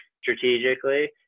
strategically